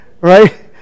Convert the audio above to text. Right